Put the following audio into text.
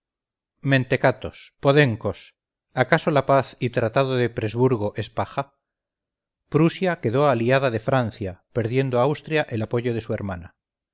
mentecatos podencos acaso la paz y tratado de presburgo es paja prusia quedó aliada de francia perdiendo austria el apoyo de su hermana